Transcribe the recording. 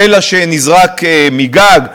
סלע שנזרק מגג,